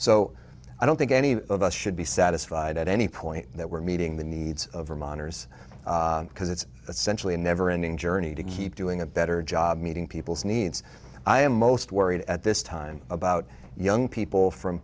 so i don't think any of us should be satisfied at any point that we're meeting the needs of vermonters because it's essentially a never ending journey to keep doing a better job meeting people's needs i am most worried at this time about young people from